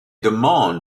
demandes